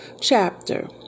chapter